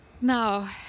now